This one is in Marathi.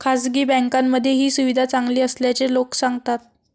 खासगी बँकांमध्ये ही सुविधा चांगली असल्याचे लोक सांगतात